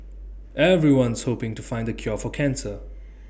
everyone's hoping to find the cure for cancer